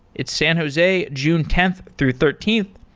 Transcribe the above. it's san jose, june tenth through thirteenth.